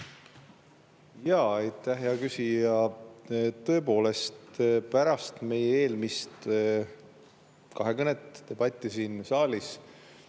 ole. Aitäh, hea küsija! Tõepoolest, pärast meie eelmist kahekõnet, debatti siin saalis